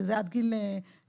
שזה עד גיל 13,